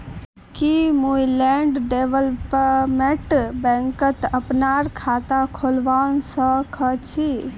की मुई land development बैंकत अपनार खाता खोलवा स ख छी?